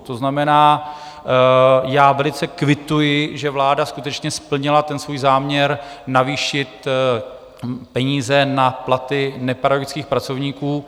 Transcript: To znamená, já velice kvituji, že vláda skutečně splnila ten svůj záměr navýšit peníze na platy nepedagogických pracovníků.